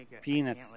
penis